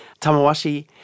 Tamawashi